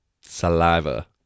saliva